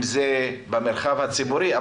אם זה במרחב הציבורי.